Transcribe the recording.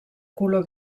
color